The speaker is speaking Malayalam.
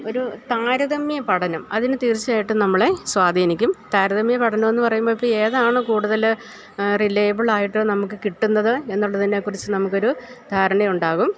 ഒരു താരതമ്യപഠനം അതിന് തീർച്ചയായിട്ടും നമ്മളെ സ്വാധീനിക്കും താരതമ്യപഠനമെന്ന് പറയുമ്പോള് ഇപ്പോളേതാണ് കൂടുതല് റിലേബിള് ആയിട്ട് നമുക്ക് കിട്ടുന്നതെന്നുള്ളതിനെക്കുറിച്ച് നമുക്കൊരു ധാരണയുണ്ടാകും